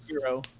Zero